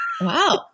wow